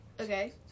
Okay